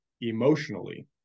emotionally